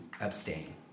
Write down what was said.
abstain